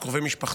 את קרובי משפחתו.